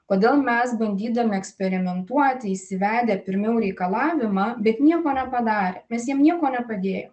kodėl mes bandydami eksperimentuoti įsivedę pirmiau reikalavimą bet nieko nepadarė nes jiems nieko nepadėjo